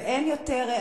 ואין יותר,